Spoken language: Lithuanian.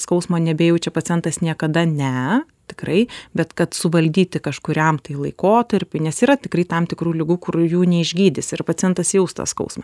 skausmo nebejaučia pacientas niekada ne tikrai bet kad suvaldyti kažkuriam laikotarpiui nes yra tikrai tam tikrų ligų kur jų neišgydysi ir pacientas jaus tą skausmą